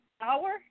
hour